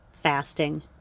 fasting